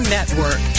Network